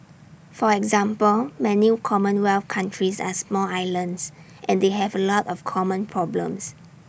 for example many commonwealth countries are small islands and they have A lot of common problems